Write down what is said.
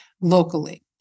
locally